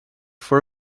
for